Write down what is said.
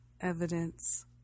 evidence